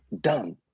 done